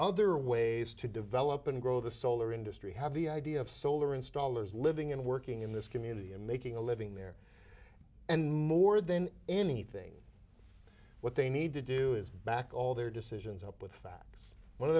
other ways to develop and grow the solar industry have the idea of solar installers living and working in this community and making a living there and more than anything what they need to do is back all their decisions up with that